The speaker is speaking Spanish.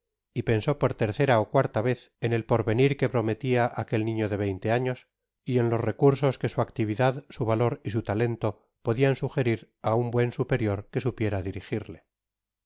y pensó por tercera ó cuarta vez en el porvenir que prometia aquel niño de años y en los recursos que su ac ividad su valor y su talento podian sugerir á un buen superior que supiera dirigirle